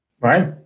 Right